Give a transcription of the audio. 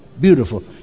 beautiful